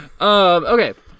Okay